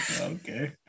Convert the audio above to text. Okay